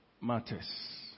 matters